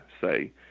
say